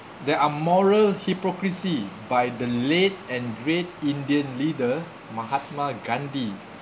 there are moral hypocrisy by the late and great indian leader mahatma gandhi